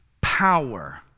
power